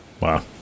Wow